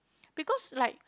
because like